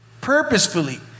purposefully